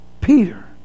Peter